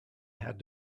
had